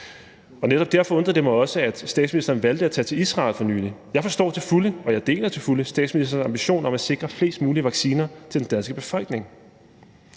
Netop derfor undrer det mig også, at statsministeren valgte at tage til Israel for nylig. Jeg forstår til fulde og jeg deler til fulde statsministerens ambition om at sikre flest mulige vacciner til den danske befolkning.